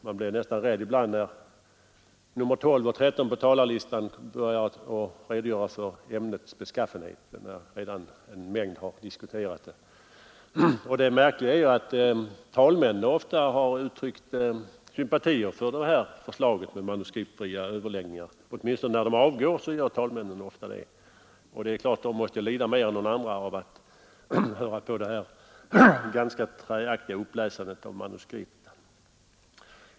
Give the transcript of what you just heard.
Man blir nästan rädd ibland när nr 12 och 13 på talarlistan börjar redogöra för ämnets beskaffenhet fast redan en mängd talare har diskuterat det. Det märkliga är att talmännen ofta uttrycker sympatier för det här förslaget med manuskriptfria överläggningar — åtminstone när de avgår. Det är klart att de måste lida mer än några andra av att höra på det ganska träaktiga uppläsandet av manuskript.